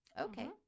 Okay